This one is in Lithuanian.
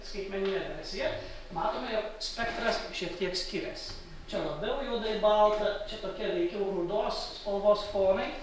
skaitmeninę versiją matome jog spektras šiek tiek skiriasi čia labiau juodai balta čia tokia veikiau rudos spalvos fonai